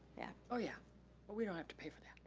yeah. oh yeah. but we don't have to pay for that.